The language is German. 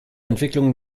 entwicklungen